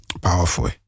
powerful